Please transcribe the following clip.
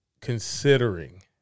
considering